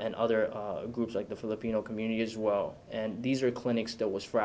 and other groups like the filipino community as well and these are clinics that was for